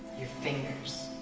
your fingers.